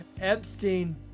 Epstein